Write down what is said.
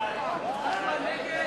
ואנחנו מדברים על סעיף